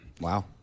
wow